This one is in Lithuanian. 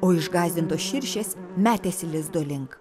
o išgąsdintos širšės metėsi lizdo link